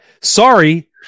Sorry